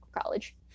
college